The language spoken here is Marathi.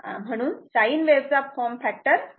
म्हणून साईन वेव्ह चा फॉर्म फॅक्टर 1